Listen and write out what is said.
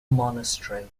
monastery